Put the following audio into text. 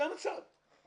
זה המצב.